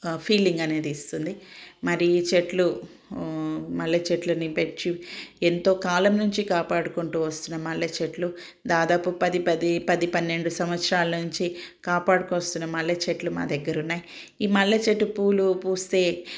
feeling అనేది ఇస్తుంది మరి ఈ చెట్లు మల్లె చెట్లని పెంచి ఎంతో కాలం నుంచి కాపాడుకుంటూ వస్తున్న మల్లె చెట్లు దాదాపు పది పది పది పన్నెండు సంవత్సరాల నుంచి కాపాడుకొస్తున్న మల్లె చెట్లు మా దగ్గర ఉన్నాయి ఈ మల్లె చెట్టు పూలు పూస్తే